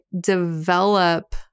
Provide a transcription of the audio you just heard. develop